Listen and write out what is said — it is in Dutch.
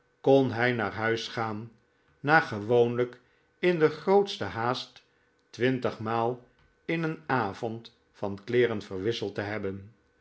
kon hij naar huis gaan na gewoonlijk in degrootste haast twintigmaal in een avond van kleeren verwisseld te hebben